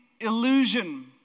illusion